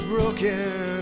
Broken